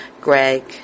Greg